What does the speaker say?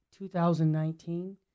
2019